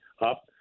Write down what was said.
up